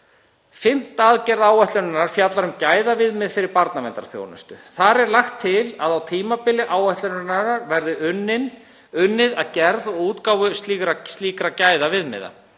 Fimmta aðgerð áætlunarinnar fjallar um gæðaviðmið fyrir barnaverndarþjónustu. Þar er lagt til að á tímabili áætlunarinnar verði unnið að gerð og útgáfu slíkra gæðaviðmiða.